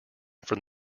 from